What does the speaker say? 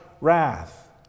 wrath